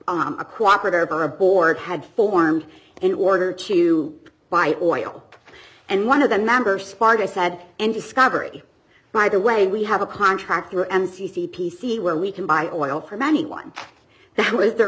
a cooperative or a board had formed an order to buy oil and one of the members sparta said and discovery by the way we have a contract or m c c p c where we can buy oil from anyone that was their